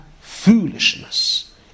foolishness